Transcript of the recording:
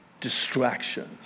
distractions